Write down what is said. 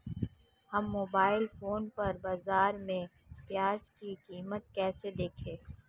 हम mobile phone पर बाज़ार में प्याज़ की कीमत कैसे देखें?